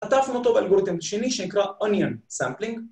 אתה שם אותו באלגוריתם השני שנקרא Onion Sampling